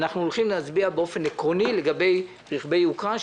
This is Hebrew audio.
ואנחנו הולכים להצביע באופן עקרוני לגבי רכבי יוקרה,